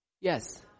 Yes